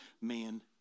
man